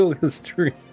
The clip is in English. history